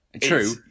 True